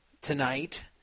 tonight